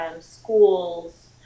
schools